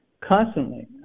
Constantly